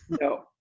No